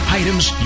items